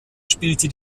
spielte